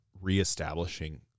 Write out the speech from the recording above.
reestablishing